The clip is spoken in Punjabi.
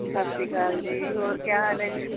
ਸਤਿ ਸ਼੍ਰੀ ਅਕਾਲ ਜੀ ਹੋਰ ਕਿਆ ਹਾਲ ਹੈ ਜੀ